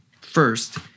First